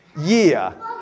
year